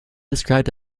described